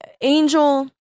Angel